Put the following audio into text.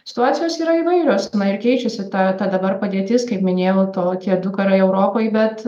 situacijos yra įvairios na ir keičiasi ta ta dabar padėtis kaip minėjau to tie du karai europoj bet